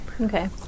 Okay